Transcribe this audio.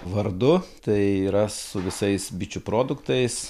vardu tai yra su visais bičių produktais